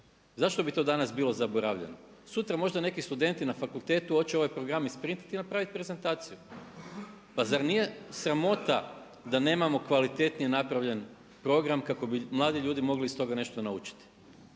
Zašto bi to danas bilo zaboravljeno? Sutra možda neki studenti na fakultetu hoće ovaj program isprintati i napraviti prezentaciju. Pa zar nije sramota da nemamo kvalitetnije napravljen program kako bi mladi ljudi iz toga nešto naučiti.